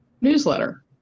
newsletter